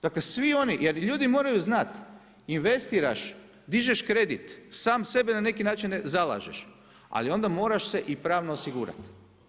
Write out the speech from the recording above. Dakle, svi oni, jer ljudi moraju znat, investiraš, dižeš kredit, sam sebe na neki način zalažeš, ali onda moraš se i pravno osigurati.